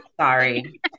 Sorry